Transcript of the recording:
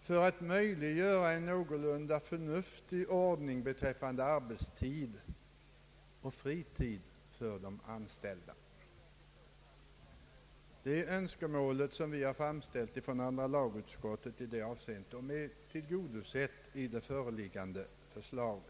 för att man skulle få en någorlunda förnuftig ordning beträffande arbetstid och fritid för de anställda. Det önskemål som andra lagutskottet har framställt i detta avseende har tillgodosetts i det föreliggande förslaget.